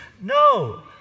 No